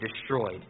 destroyed